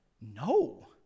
No